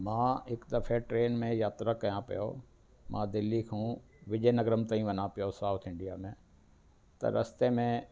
मां हिकु दफ़े ट्रेन में यात्रा कयां पियो मां दिल्ली खां विजयनगरम ताईं वञा पियो साऊथ इंडिया में त रस्ते में